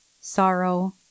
sorrow